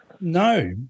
No